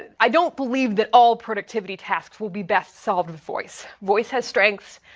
and i don't believe that all productivity tasks will be best solved voice. voice has strengths.